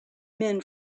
men